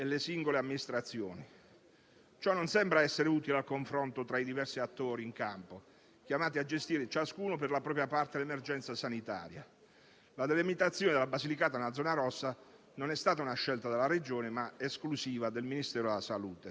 La dichiarazione della Basilicata come zona rossa non è stata una scelta della Regione, ma esclusiva del Ministero alla salute, e la decisione è fondata su parametri che, per quanto oggettivi, non tengono conto della specificità dei territori.